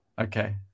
Okay